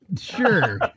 Sure